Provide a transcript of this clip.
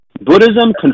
Buddhism